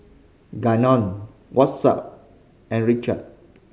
Gannon Watson and Richie